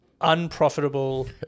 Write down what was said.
unprofitable